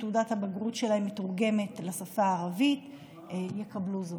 תעודת הבגרות שלהם מתורגמת לשפה הערבית יקבלו זאת.